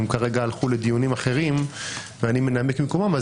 הם כרגע הלכו לדיונים אחרים ואני מנמק במקומם,